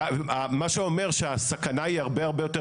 ומה שאומר שהסכנה היא הרבה הרבה יותר